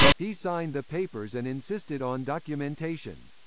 he signed the papers and insisted on documentation.